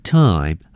time